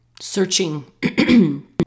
searching